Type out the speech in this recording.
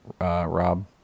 Rob